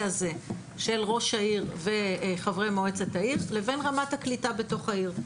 הזה של ראש העיר וחברי מועצת העיר לבין רמת הקליטה בתוך העיר.